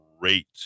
great